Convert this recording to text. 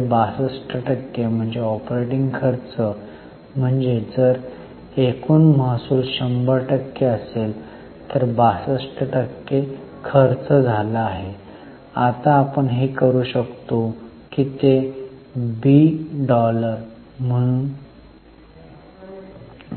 तर 62 टक्के म्हणजे ऑपरेटिंग खर्च म्हणजे जर एकूण महसूल १०० टक्के असेल तर 62 टक्के खर्च झाला आहे आता आपण हे करू शकतो ते बी डॉलर